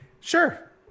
Sure